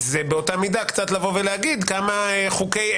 זה באותה מידה קצת לבוא ולהגיד כמה חוקי